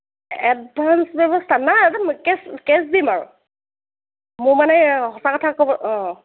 advance ব্যৱস্থা নাই নাই একদম কেছ কেছ দিম আৰু মোৰ মানে সঁচা কথা ক'ব অঁ